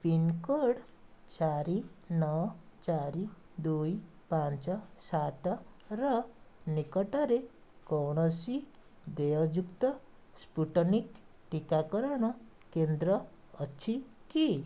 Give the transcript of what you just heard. pincode ଚାରି ନଅ ଚାରି ଦୁଇ ପାଞ୍ଚ ସାତ ର ନିକଟରେ କୌଣସି ଦେୟଯୁକ୍ତ ସ୍ପୁଟନିକ୍ ଟିକାକରଣ କେନ୍ଦ୍ର ଅଛି କି